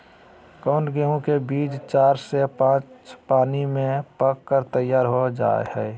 कौन गेंहू के बीज चार से पाँच पानी में पक कर तैयार हो जा हाय?